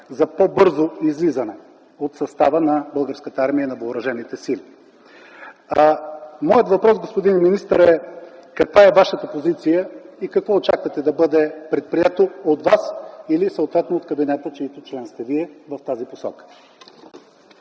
за по бързо излизане от състава на Българската армия и на Въоръжените сили. Моят въпрос, господин министър, е каква е Вашата позиция и какво очаквате да бъде предприето от Вас или съответно от кабинета, чиито член сте Вие, в тази посока?